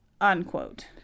unquote